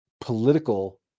political